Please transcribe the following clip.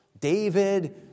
David